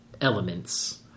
elements